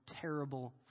terrible